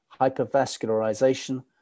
hypervascularization